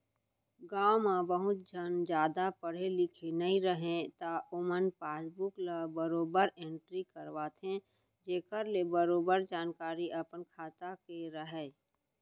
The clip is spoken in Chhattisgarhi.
गॉंव म बहुत झन जादा पढ़े लिखे नइ रहयँ त ओमन पासबुक ल बरोबर एंटरी करवाथें जेखर ले बरोबर जानकारी अपन खाता के राहय